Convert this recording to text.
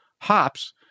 hops